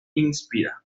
inspira